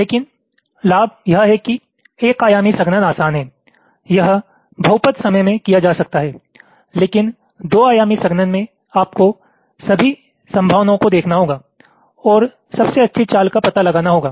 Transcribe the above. लेकिन लाभ यह है कि एक आयामी संघनन आसान है यह बहुपद समय में किया जा सकता है लेकिन 2 आयामी संघनन में आपको सभी संभावनाओं को देखना होगा और सबसे अच्छी चाल का पता लगाना होगा